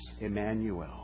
Emmanuel